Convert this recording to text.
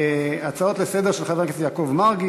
הצעות לסדר-היום של חבר הכנסת יעקב מרגי,